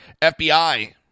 FBI